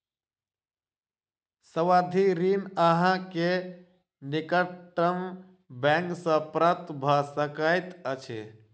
सावधि ऋण अहाँ के निकटतम बैंक सॅ प्राप्त भ सकैत अछि